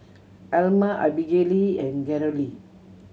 Alma Abigayle and Carolee